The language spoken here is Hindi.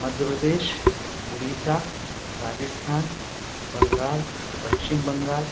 मध्य प्रदेश उड़ीसा राजस्थान बंगाल पश्चिम बंगाल